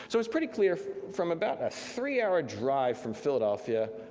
so it's pretty clear, from about a three hour drive from philadelphia,